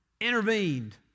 intervened